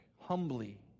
humbly